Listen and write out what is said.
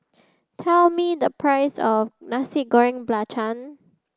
tell me the price of Nasi Goreng Belacan